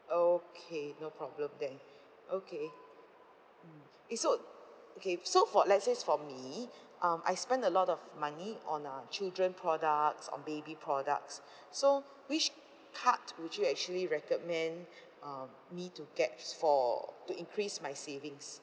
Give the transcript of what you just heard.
okay no problem then okay mm it's so okay so for let's says for me um I spend a lot of money on uh children products on baby products so which card would you actually recommend um me to get for to increase my savings